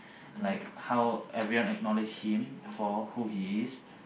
like how everyone acknowledge him for who he is